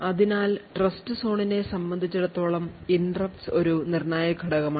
അതിനാൽ ട്രസ്റ്റ്സോണിനെ സംബന്ധിച്ചിടത്തോളം interrupts ഒരു നിർണായക ഘടകമാണ്